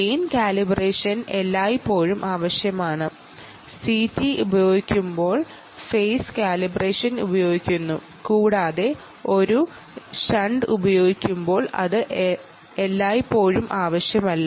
gain calibration എല്ലായ്പ്പോഴും ആവശ്യമാണ് CT ഉപയോഗിക്കുമ്പോൾ ഫെയിസ് കാലിബ്രേഷൻ ഉപയോഗിക്കുന്നു ഒരു ഷണ്ട് ഉപയോഗിക്കുമ്പോൾ അത് ആവശ്യമില്ല